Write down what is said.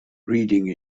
reading